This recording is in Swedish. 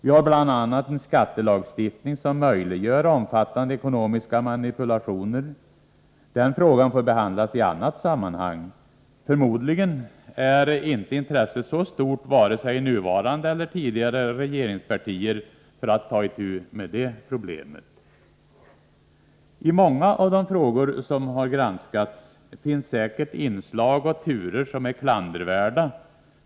Vi har bl.a. en skattelagstiftning som möjliggör omfattande ekonomiska manipulationer. Den frågan får behandlas i annat sammanhang. Förmodligen är intresset inte så stort i vare sig nuvarande eller tidigare regeringspartier för att ta itu med det problemet. I många av de frågor som har granskats finns säkert inslag och turer som är klandervärda.